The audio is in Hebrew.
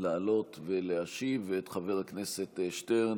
לעלות ולהשיב, ואת חבר הכנסת שטרן.